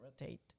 rotate